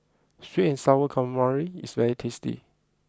Sweet and Sour Calamari is very tasty